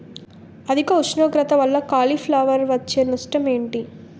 అధిక ఉష్ణోగ్రత వల్ల కాలీఫ్లవర్ వచ్చే నష్టం ఏంటి?